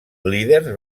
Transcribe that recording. líders